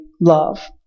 love